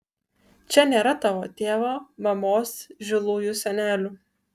čia nėra tavo tėvo mamos žilųjų senelių